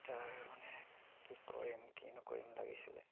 তাৰমানে কি কৰিম কি নকৰিম লাগিছিলে